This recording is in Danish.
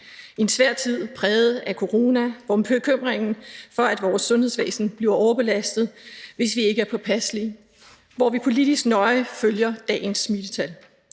en svær tid præget af corona og bekymringen for, om vores sundhedsvæsen bliver overbelastet, hvis vi ikke er påpasselige, og hvor vi politisk nøje følger dagens smittetal,